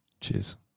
Cheers